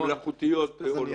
המלאכותיות עולות.